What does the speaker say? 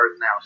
now